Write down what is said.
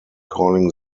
calling